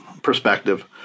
Perspective